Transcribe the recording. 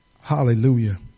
Hallelujah